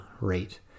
rate